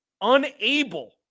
unable